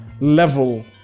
level